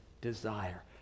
desire